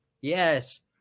Yes